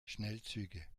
schnellzüge